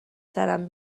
سرم